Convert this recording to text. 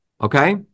okay